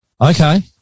Okay